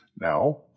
Now